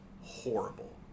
horrible